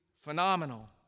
phenomenal